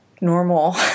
normal